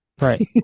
right